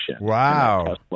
Wow